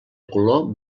color